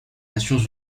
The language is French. nations